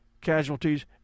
casualties